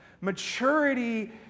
Maturity